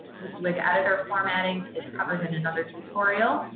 wysiwyg editor formatting is covered in another tutorial.